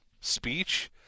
speech